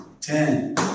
ten